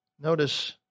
Notice